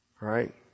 right